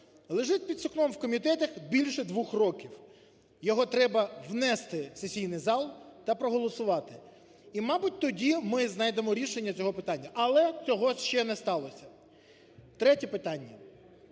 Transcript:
лежить під сукном у комітетах більше двох років. Його треба внести в сесійний зал та проголосувати. І, мабуть, тоді ми знайдемо рішення цього питання. Але цього ще не сталося. Третє питання.